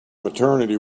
maternity